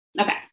Okay